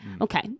Okay